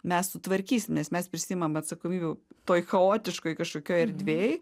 mes sutvarkysim nes mes prisiimam atsakomybę toj chaotiškoj kažkokioj erdvėj